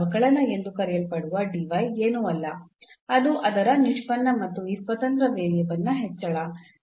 ಅವಕಲನ ಎಂದು ಕರೆಯಲ್ಪಡುವ dy ಏನೂ ಅಲ್ಲ ಅದು ಅದರ ನಿಷ್ಪನ್ನ ಮತ್ತು ಈ ಸ್ವತಂತ್ರ ವೇರಿಯಬಲ್ನ ಹೆಚ್ಚಳ ನ ಉತ್ಪನ್ನ